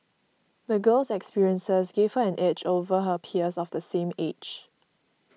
the girl's experiences gave her an edge over her peers of the same age